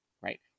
right